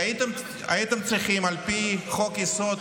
הייתם צריכים, על פי חוק-יסוד: